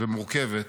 ומורכבת